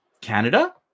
Canada